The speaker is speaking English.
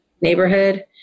neighborhood